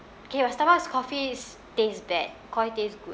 okay but starbucks coffee is taste bad Koi taste good